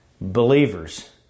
Believers